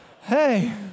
hey